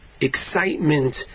excitement